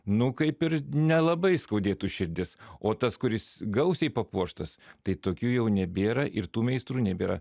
nu kaip ir nelabai skaudėtų širdis o tas kuris gausiai papuoštas tai tokių jau nebėra ir tų meistrų nebėra